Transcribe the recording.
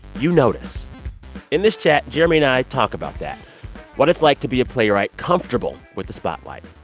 you notice in this chat, jeremy and i talk about that what it's like to be a playwright comfortable with the spotlight.